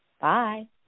bye